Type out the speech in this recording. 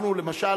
למשל,